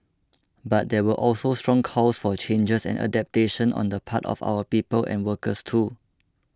but there were also strong calls for changes and adaptation on the part of our people and workers too